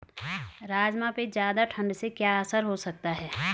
राजमा पे ज़्यादा ठण्ड से क्या असर हो सकता है?